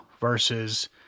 versus